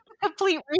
complete